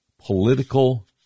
political